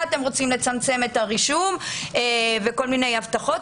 אתם רוצים לצמצם את הרישום וכל מיני הבטחות,